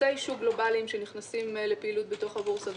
עושי שוק גלובליים שנכנסים לפעילות בתוך הבורסה.